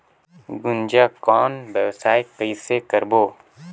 गुनजा कौन व्यवसाय कइसे करबो?